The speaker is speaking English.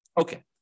Okay